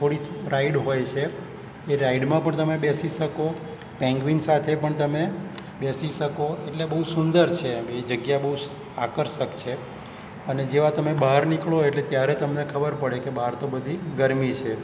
થોડી રાઈડ હોય છે એ રાઈડમાં પણ તમે બેસી શકો પેંગ્વિન સાથે પણ તમે બેસી શકો એટલે બહુ સુંદર છે એમ એ જગ્યા બહુ આકર્ષક છે અને જેવા તમે બહાર નીકળો એટલે ત્યારે તમને ખબર પડે કે બહાર તો બધી ગરમી છે